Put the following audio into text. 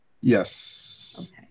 Yes